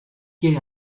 quiere